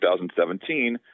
2017